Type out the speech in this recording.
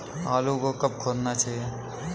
आलू को कब खोदना चाहिए?